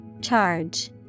Charge